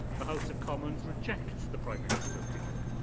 the house of commons rejects the prime minister's deal.